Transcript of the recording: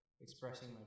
expressing